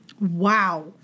Wow